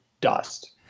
dust